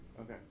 Okay